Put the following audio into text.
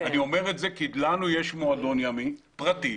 אני אומר את זה כי לנו יש מועדון ימי פרטי,